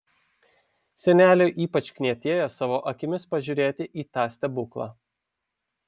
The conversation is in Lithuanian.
seneliui ypač knietėjo savo akimis pažiūrėti į tą stebuklą